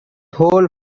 whole